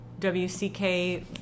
WCK